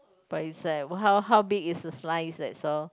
but is like how how big is the slice at all